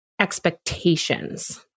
expectations